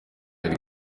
hari